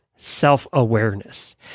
Self-awareness